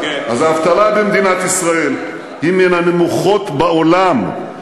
אז האבטלה במדינת ישראל היא מהנמוכות בעולם.